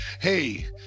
hey